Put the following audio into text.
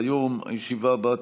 כן, אני אוסיף את מי